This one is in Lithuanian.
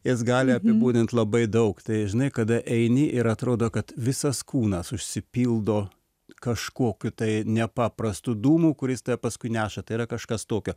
jis gali apibūdint labai daug tai žinai kada eini ir atrodo kad visas kūnas užsipildo kažkokiu tai nepaprastu dūmu kuris tave paskui neša tai yra kažkas tokio